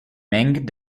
meng